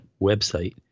website